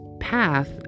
path